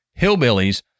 Hillbillies